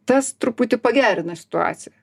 tas truputį pagerina situaciją